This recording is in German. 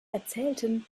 erzählten